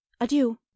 adieu